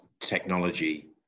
technology